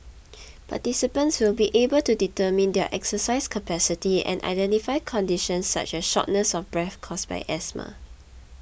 participants will be able to determine their exercise capacity and identify conditions such as shortness of breath caused by asthma